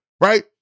Right